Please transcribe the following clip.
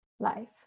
life